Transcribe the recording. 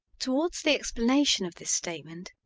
towards the explanation of this statement,